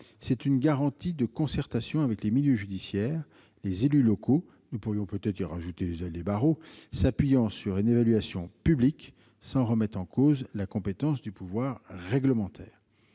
C'est une garantie de concertation avec les milieux judiciaires, les élus locaux- nous pourrions peut-être y rajouter les barreaux -, s'appuyant sur une évaluation publique, sans remettre en cause la compétence du pouvoir réglementaire.